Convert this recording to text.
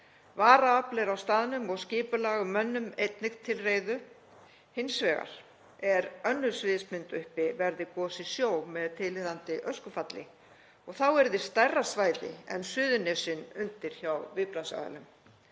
Varaafl er á staðnum og skipulag um mönnun einnig til reiðu. Hins vegar er önnur sviðsmynd uppi verði gosið í sjó með tilheyrandi öskufalli. Þá yrði stærra svæði en Suðurnesin undir hjá viðbragðsaðilum.